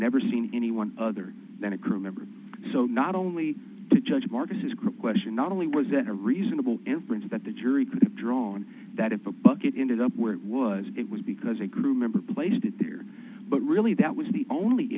never seen anyone other than a crew member so not only to judge marcus's question not only was that a reasonable inference that the jury could draw on that if a bucket indeed up where it was it was because a crew member placed it there but really that was the only